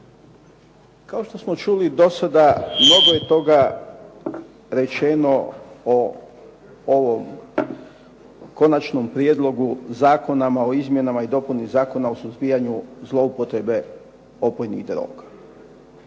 Kao što smo čuli do sada, mnogo je toga rečeno o ovom Konačnom prijedlogu Zakona o izmjenama i dopuni Zakona o suzbijanju zloupotrebe opojnih droga.